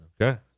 Okay